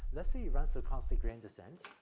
let's say you run stochastic gradient descent,